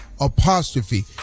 apostrophe